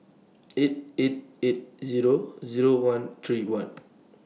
eight eight eight Zero Zero one three one